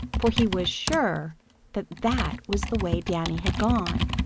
for he was sure that that was the way danny had gone.